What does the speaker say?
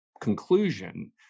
conclusion